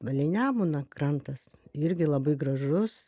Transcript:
palei nemuną krantas irgi labai gražus